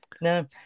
No